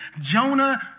Jonah